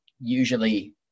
usually